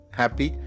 happy